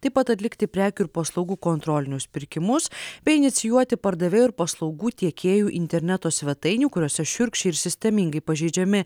taip pat atlikti prekių ir paslaugų kontrolinius pirkimus bei inicijuoti pardavėjų ir paslaugų tiekėjų interneto svetainių kuriose šiurkščiai ir sistemingai pažeidžiami